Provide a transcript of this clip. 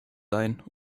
sein